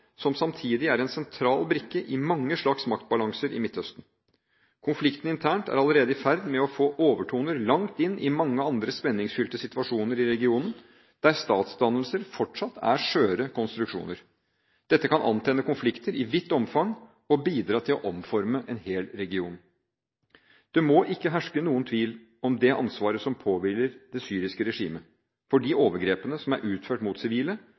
som samtidig er en sentral brikke i mange slags maktbalanser i Midtøsten. Konflikten internt er allerede i ferd med å få overtoner langt inn i mange andre spenningsfylte situasjoner i regionen, der statsdannelser fortsatt er skjøre konstruksjoner. Dette kan antenne konflikter i vidt omfang og bidra til å omforme en hel region. Det må ikke herske noen tvil om det ansvaret som påhviler det syriske regimet for de overgrepene som er utført mot sivile,